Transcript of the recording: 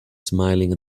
smiling